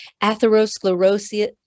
atherosclerosis